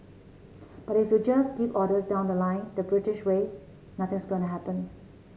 but if you just give orders down the line the British way nothing's going to happen